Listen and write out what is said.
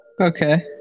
Okay